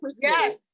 Yes